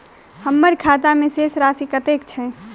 हम्मर खाता मे शेष राशि कतेक छैय?